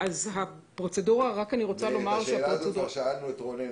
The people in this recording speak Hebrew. את השאלה הזאת כבר שאלנו את רונן,